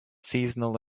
seasonal